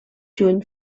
juny